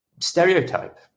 stereotype